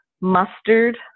mustard